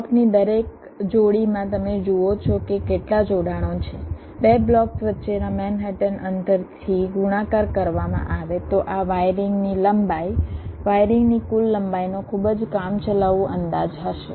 બ્લોકની દરેક જોડીમાં તમે જુઓ છો કે કેટલા જોડાણો છે 2 બ્લોક્સ વચ્ચેના મેનહટન અંતરથી ગુણાકાર કરવામાં આવે તો આ વાયરિંગની લંબાઈ વાયરિંગની કુલ લંબાઈનો ખૂબ જ કામચલાઉ અંદાજ હશે